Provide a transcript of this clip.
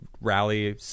rally